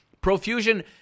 profusion